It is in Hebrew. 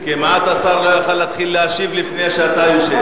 כמעט השר לא יכול להתחיל להשיב לפני שאתה יושב.